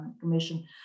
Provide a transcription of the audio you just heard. Commission